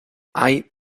hay